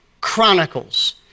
Chronicles